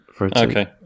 Okay